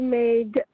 made